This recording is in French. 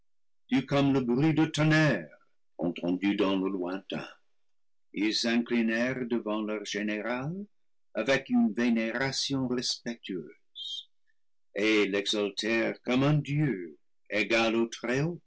fut comme le bruit du livre ii tonnerre entendu dans le lointain ils s'inclinèrent devant leur général avec une vénération respectueuse et l'exaltèrent comme un dieu égal